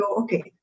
okay